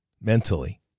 mentally